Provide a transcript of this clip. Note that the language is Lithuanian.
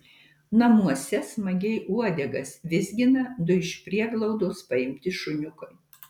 namuose smagiai uodegas vizgina du iš prieglaudos paimti šuniukai